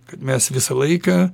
kad mes visą laiką